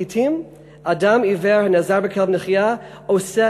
לעתים אדם עיוור הנעזר בכלב נחייה עושה